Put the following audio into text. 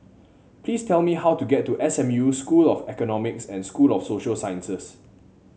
please tell me how to get to S M U School of Economics and School of Social Sciences